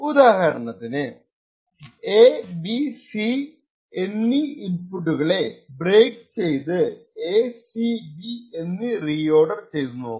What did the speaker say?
ഉദാഹരണത്തിന് എബിസി എന്നീ ഇൻപുട്ടുകളെ ബ്രേക്ക് ചെയ്തു എ സി ബി എന്ന് റീഓർഡർ ചെയ്ത് നൽകാം